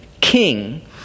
king